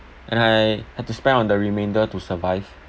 and I had to spend on the remainder to survive